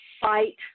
fight